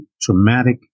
traumatic